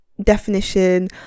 Definition